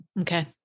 Okay